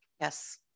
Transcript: yes